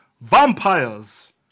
Vampires